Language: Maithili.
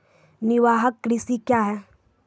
निवाहक कृषि क्या हैं?